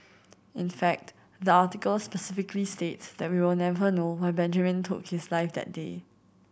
in fact the article specifically states that we will never know why Benjamin took his life that day